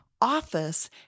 office